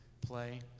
play